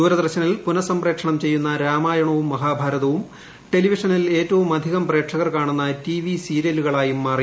ദൂരദർശനിൽ പുനഃസംപ്രേക്ഷണം ചെയ്യുന്ന രാമായണവും മഹാഭാരതവും ടെലിവിഷനിൽ ഏറ്റവുമധികം പ്രേക്ഷകർ കാണുന്ന ടിവി സീരിയലുകളായും മാറി